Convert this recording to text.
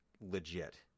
legit